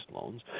loans